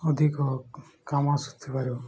ଅଧିକ କାମ ଆସୁଥିବାରୁ